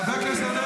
חבר הכנסת עודד